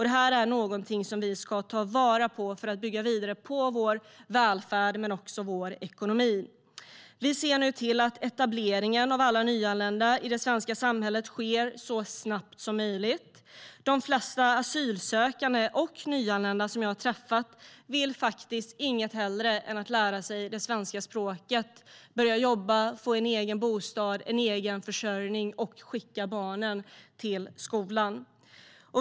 Det är något som vi ska ta vara på för att bygga vidare på vår välfärd men också vår ekonomi. Vi ser nu till att etableringen av alla nyanlända i det svenska samhället sker så snabbt som möjligt. De flesta asylsökande och nyanlända som jag har träffat vill inget hellre än att lära sig det svenska språket, börja jobba, få en egen bostad, få en egen försörjning och skicka barnen till skolan.